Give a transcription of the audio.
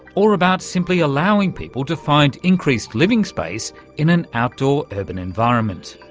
or about simply allowing people to find increased living space in an outdoor, urban environment.